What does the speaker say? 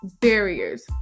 barriers